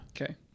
Okay